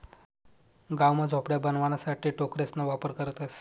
गाव मा झोपड्या बनवाणासाठे टोकरेसना वापर करतसं